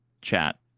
chat